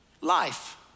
life